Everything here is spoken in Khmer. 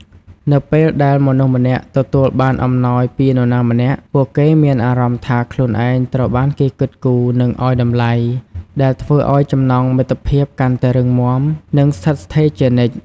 នៅពេលដែលមនុស្សម្នាក់ទទួលបានអំណោយពីនរណាម្នាក់ ពួកគេមានអារម្មណ៍ថាខ្លួនឯងត្រូវបានគេគិតគូរ និងឱ្យតម្លៃ ដែលធ្វើឱ្យចំណងមិត្តភាពកាន់តែរឹងមាំ និងស្ថិតស្ថេរជានិច្ច។